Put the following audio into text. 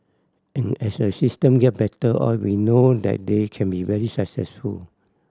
and as the system get better oiled we know that they can be very successful